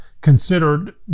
considered